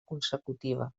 consecutiva